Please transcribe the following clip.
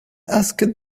asked